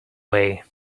way